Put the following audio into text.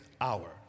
hour